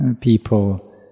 people